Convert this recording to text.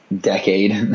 decade